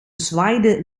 zwaaide